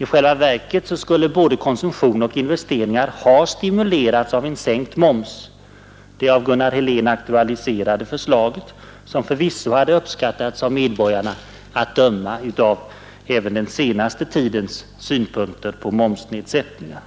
I själva verket skulle både konsumtion och investeringar ha stimulerats av en sänkt moms — det av Gunnar Helén aktualiserade förslaget som förvisso hade uppskattats av medborgarna att döma av även den senaste tidens synpunkter på momsnedsättningar